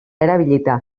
erabilita